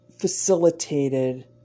facilitated